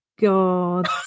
God